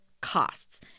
costs